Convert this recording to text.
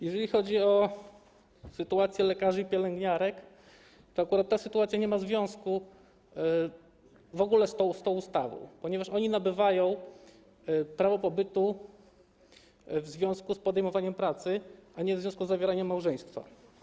Jeżeli chodzi o sytuację lekarzy i pielęgniarek, to akurat ta sytuacja w ogóle nie ma związku z tą ustawą, ponieważ oni nabywają prawo pobytu w związku z podejmowaniem pracy, a nie w związku z zawieraniem małżeństwa.